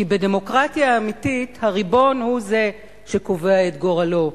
כי בדמוקרטיה אמיתית הריבון הוא זה שקובע את גורלו,